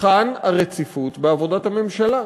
היכן הרציפות בעבודת הממשלה?